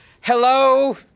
Hello